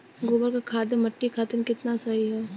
गोबर क खाद्य मट्टी खातिन कितना सही ह?